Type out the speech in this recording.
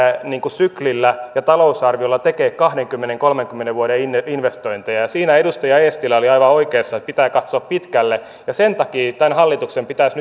syklillä ja talousarviolla tekemään kahdenkymmenen viiva kolmenkymmenen vuoden investointeja siinä edustaja eestilä oli aivan oikeassa että pitää katsoa pitkälle ja sen takia tämän hallituksen pitäisi